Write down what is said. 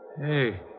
Hey